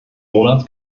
monats